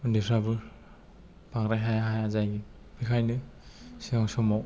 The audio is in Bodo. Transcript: उन्दैफ्राबो बांद्राय हाया हाया जायो बेखायनो सिगां समाव